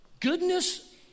Goodness